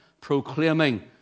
proclaiming